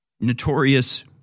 notorious